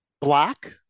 Black